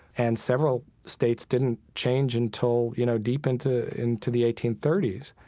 and several states didn't change until, you know, deep into into the eighteen thirty s.